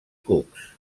cucs